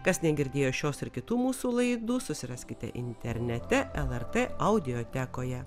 kas negirdėjo šios ir kitų mūsų laidų susiraskite internete lrt audiotekoje